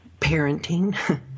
parenting